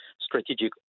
strategic